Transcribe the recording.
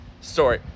story